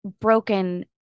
broken